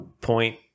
point